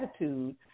attitude